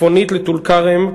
צפונית לטול-כרם,